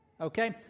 Okay